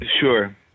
Sure